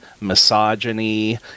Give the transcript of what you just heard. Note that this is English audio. misogyny